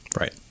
Right